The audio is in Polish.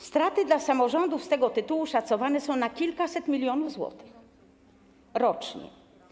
Straty dla samorządów z tego tytułu szacowane są na kilkaset milionów złotych rocznie.